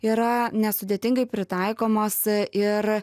yra nesudėtingai pritaikomos ir